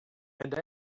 and